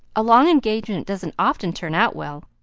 a long engagement doesn't often turn out well.